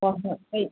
ꯍꯣꯏ ꯍꯣꯏ ꯑꯩ